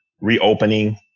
reopening